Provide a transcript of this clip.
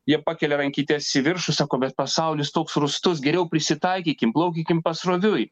jie pakelia rankytes į viršų sako bet pasaulis toks rūstus geriau prisitaikykim plaukykim pasroviui